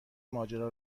ماجرا